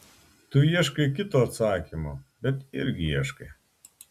tu ieškai kito atsakymo bet irgi ieškai